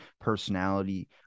personality